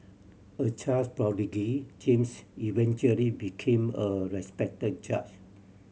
a child prodigy James eventually became a respected judge